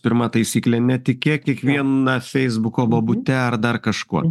pirma taisyklė netikėk kiekviena feisbuko bobute ar dar kažkuo